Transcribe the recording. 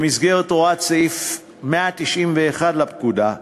במסגרת הוראת סעיף 191 לפקודה,